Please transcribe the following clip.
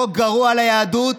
חוק גרוע ליהדות.